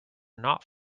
not